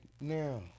now